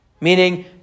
meaning